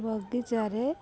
ବଗିଚାରେ